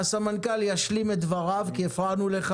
הסמנכ"ל ישלים את דבריו כי הפרענו לו.